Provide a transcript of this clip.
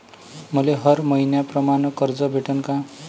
मले हर मईन्याप्रमाणं कर्ज भेटन का?